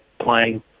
playing